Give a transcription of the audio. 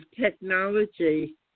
technology